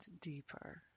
deeper